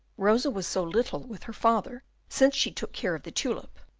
rosa was so little with her father since she took care of the tulip,